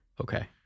Okay